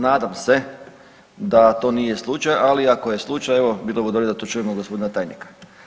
Nadam se da to nije slučaj, ali ako je slučaj evo bilo bi dobro da to čujemo od gospodina tajnika.